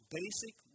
basic